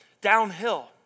downhill